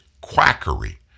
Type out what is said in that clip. quackery